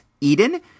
Eden